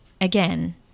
again